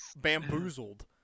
Bamboozled